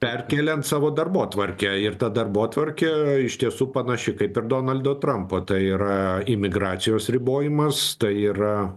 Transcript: perkeliant savo darbotvarkę ir ta darbotvarkė iš tiesų panaši kaip ir donaldo trampo tai yra imigracijos ribojimas tai yra